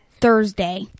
Thursday